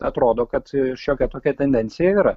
atrodo kad šiokia tokia tendencija yra